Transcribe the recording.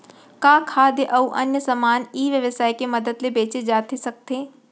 का खाद्य अऊ अन्य समान ई व्यवसाय के मदद ले बेचे जाथे सकथे?